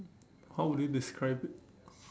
how would you describe it